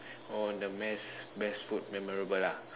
oh the best best food memorable ah